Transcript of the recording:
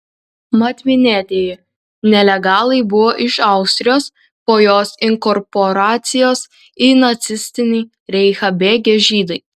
mat minėtieji nelegalai buvo iš austrijos po jos inkorporacijos į nacistinį reichą bėgę žydai